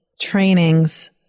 trainings